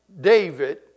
David